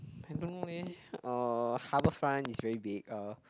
I don't know leh uh Harbourfront is very big uh